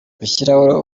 gushyiraho